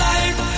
Life